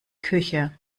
küche